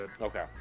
Okay